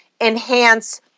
enhance